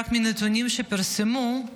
רק מנתונים שפורסמו,